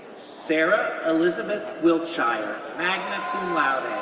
sarah elizabeth wiltshire, magna cum laude,